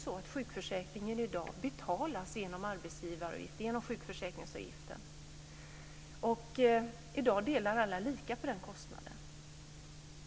Sjukförsäkringen betalas i dag genom sjukförsäkringsavgiften, och i dag delar alla lika på den kostnaden.